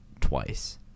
twice